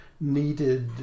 needed